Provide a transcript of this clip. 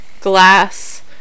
glass